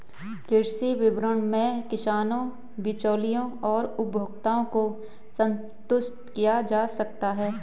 कृषि विपणन में किसानों, बिचौलियों और उपभोक्ताओं को संतुष्ट किया जा सकता है